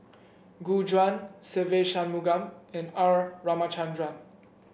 Gu Juan Se Ve Shanmugam and R Ramachandran